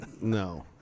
no